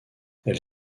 elle